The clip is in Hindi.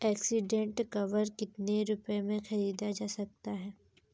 एक्सीडेंट कवर कितने रुपए में खरीदा जा सकता है?